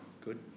Good